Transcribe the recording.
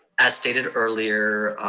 as stated earlier,